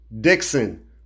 Dixon